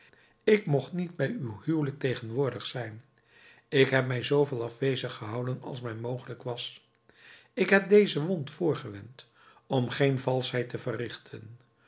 ik mocht niet bij uw huwelijk tegenwoordig zijn ik heb mij zooveel afwezig gehouden als mij mogelijk was ik heb deze wond voorgewend om geen valschheid te verrichten